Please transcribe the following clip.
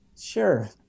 Sure